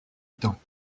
temps